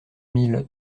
mille